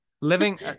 living